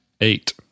eight